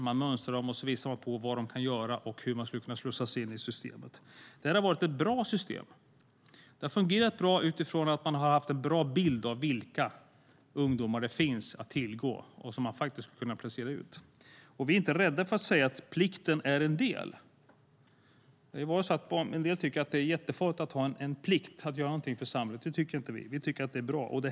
Man mönstrar dem och visar på vad de kan göra och hur de skulle kunna slussas in i systemet. Det har varit ett bra system. Det har fungerat bra utifrån att man har haft en bra bild av vilka ungdomar det finns att tillgå och som man faktiskt har kunnat placera ut. Vi är inte rädda för att säga att plikten är en del. Somliga tycker att det är jättefarligt att ha en plikt, att göra någonting för samhället. Det tycker inte vi. Vi tycker att det är bra.